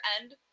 end